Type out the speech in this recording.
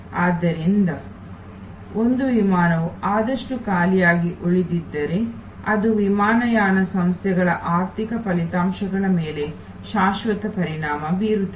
ಆದ್ದರಿಂದ ಒಂದು ವಿಮಾನವು ಅರ್ಧದಷ್ಟು ಖಾಲಿಯಾಗಿ ಉಳಿದಿದ್ದರೆ ಅದು ವಿಮಾನಯಾನ ಸಂಸ್ಥೆಗಳ ಆರ್ಥಿಕ ಫಲಿತಾಂಶಗಳ ಮೇಲೆ ಶಾಶ್ವತ ಪರಿಣಾಮ ಬೀರುತ್ತದೆ